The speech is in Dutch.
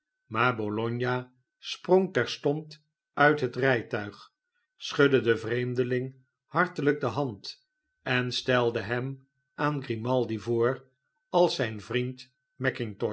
maar bologna sprong terstond uit het rijtuig schudde den vreemdeling hartelijk de hand en stelde hem aan grimaldi voor als zijn vriend